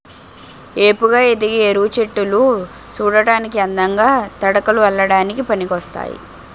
ఏపుగా ఎదిగే వెదురు చెట్టులు సూడటానికి అందంగా, తడకలు అల్లడానికి పనికోస్తాయి